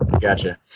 gotcha